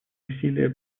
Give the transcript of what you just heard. усилия